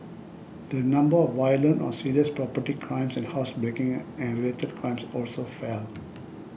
the number of violent or serious property crimes and housebreaking and related crimes also fell